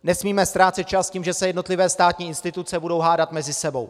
Nesmíme ztrácet čas tím, že se jednotlivé státní instituce budou hádat mezi sebou.